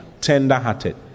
tender-hearted